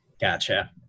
Gotcha